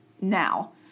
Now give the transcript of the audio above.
Now